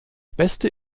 beste